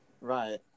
Right